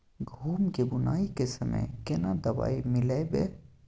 गहूम के बुनाई के समय केना दवाई मिलैबे?